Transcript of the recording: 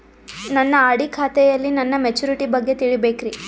ನನ್ನ ಆರ್.ಡಿ ಖಾತೆಯಲ್ಲಿ ನನ್ನ ಮೆಚುರಿಟಿ ಬಗ್ಗೆ ತಿಳಿಬೇಕ್ರಿ